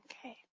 Okay